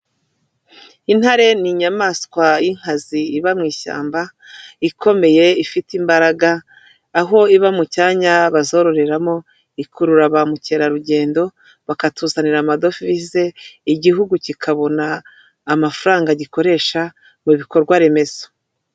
Intare ni inyamaswa y'inkazi iba mu ishyamba ikomeye ifite imbaraga, aho iba mu cyanya bazororeramo, ikurura ba mukerarugendo bakatuzanira amadovize igihugu kikabona amafaranga gikoresha mu bikorwa remezo.